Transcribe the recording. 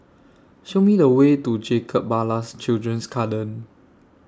Show Me The Way to Jacob Ballas Children's Garden